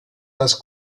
das